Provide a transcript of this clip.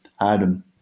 Adam